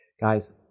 Guys